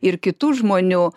ir kitų žmonių